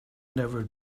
never